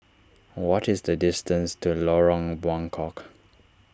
what is the distance to Lorong Buangkok